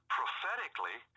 prophetically